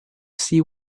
see